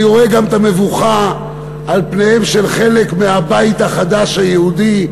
אני רואה גם את המבוכה על פניהם של חלק מהבית החדש היהודי.